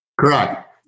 Correct